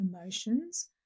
emotions